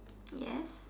yes